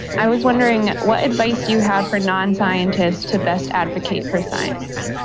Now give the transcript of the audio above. i was wondering, what advice do you have for non-scientists to best advocate for science?